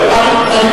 נגמרה.